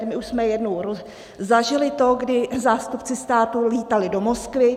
My už jsme jednou zažili to, kdy zástupci státu lítali do Moskvy.